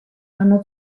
anno